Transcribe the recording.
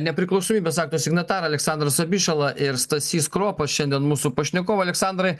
nepriklausomybės akto signatarai aleksandras abišala ir stasys kropas šiandien mūsų pašnekovai aleksandrai